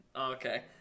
Okay